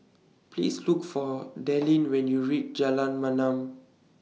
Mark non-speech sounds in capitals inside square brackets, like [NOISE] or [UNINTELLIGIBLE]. Please Look For Dallin when YOU REACH Jalan [UNINTELLIGIBLE]